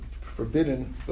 forbidden